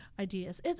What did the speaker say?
ideas